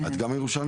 את גם ירושלמית?